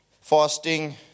Fasting